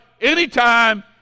anytime